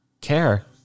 care